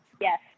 Yes